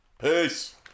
Peace